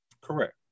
Correct